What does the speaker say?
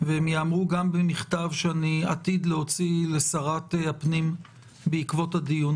והם ייאמרו גם במכתב שאני עתיד להוציא לשרת הפנים בעקבות הדיון